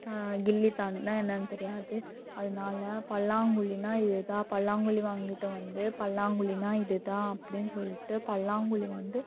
கில்லி தாண்டுனா என்னன்னு தெரியாது அதனால் பல்லாங்குழினால் இதுதான் பல்லாங்குழி வாங்கிட்டு வந்து பல்லாங்குழினால் இதுதான் அப்படின்னு சொல்லிட்டு பல்லாங்குழி வந்து